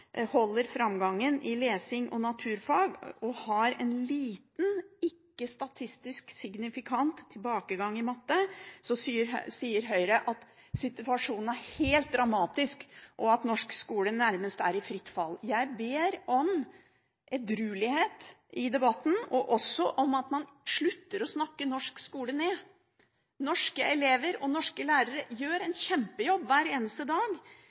holder framgangen i lesing og naturfag og har en liten – statistisk ikke-signifikant – tilbakegang i matte, sier Høyre at situasjonen er dramatisk og at norsk skole nærmest er i fritt fall. Jeg ber om edruelighet i debatten og om at man slutter å snakke norsk skole ned. Norske elever og norske lærere gjør en kjempejobb hver eneste dag.